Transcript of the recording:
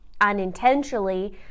unintentionally